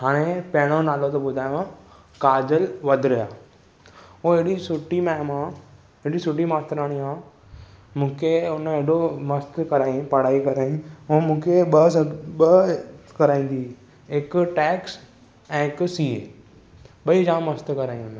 हाणे पहिरों नालो थो ॿुधायांव काजल वद्रेया हो एॾी सुठी मेम आहे एॾी सुठी मास्तरियाणी आहे मूंखे हुन एॾो मस्तु कराए पढ़ाई करायांइ हू मूंखे ॿ ॿ कराईंदी हुई हिकु टेक्स ऐं हिकु सी ए ॿई जाम मस्तु कराईंदी हुई